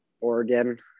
Oregon